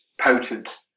potent